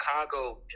Chicago